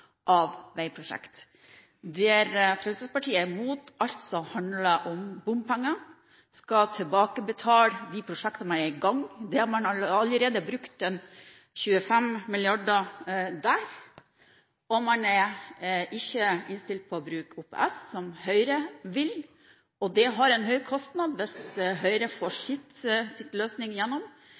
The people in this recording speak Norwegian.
Fremskrittspartiet er imot alt som handler om bompenger. De skal tilbakebetale de prosjekter man er i gang med, der man allerede har brukt 25 mrd. kr, og de er ikke innstilt på å bruke OPS, som Høyre vil. Det er en høy kostnad dersom Høyre får sin løsning